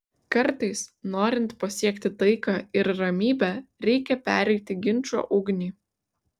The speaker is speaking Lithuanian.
kartais norint pasiekti taiką ir ramybę reikia pereiti ginčo ugnį